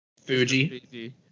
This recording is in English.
Fuji